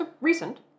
recent